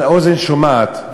האוזן שומעת,